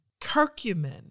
curcumin